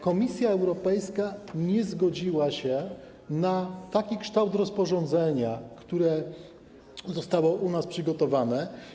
Komisja Europejska nie zgodziła się na taki kształt rozporządzenia, które zostało u nas przygotowane.